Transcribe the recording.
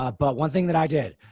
ah but one thing that i did,